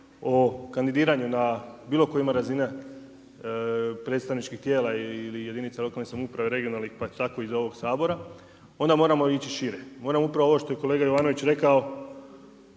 o kandidiranju na bilo kojoj razini predstavničkih tijela ili jedinica lokalne samouprave, regionalne pa tako i za ovog Sabora onda moramo ići šire. Moramo upravo ovo što je kolega Jovanović rekao